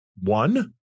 one